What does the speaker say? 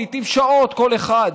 לעיתים שעות כל אחד.